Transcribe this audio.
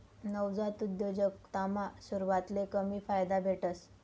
नवजात उद्योजकतामा सुरवातले कमी फायदा भेटस